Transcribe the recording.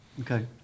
okay